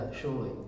surely